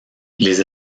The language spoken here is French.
les